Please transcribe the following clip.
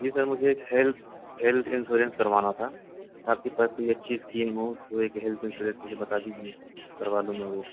جی sir مجھے ایک health health insurance کروانا تھا آپ کے پاس کوئی اَچّھی اسکیم ہو تو ایک ہیلتھ انشورنس مجھے بتا دیجیے کروا لوں میں وہ